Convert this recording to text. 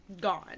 gone